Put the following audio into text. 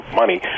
money